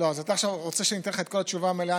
אז אתה עכשיו רוצה שאני אתן לך את כל התשובה המלאה,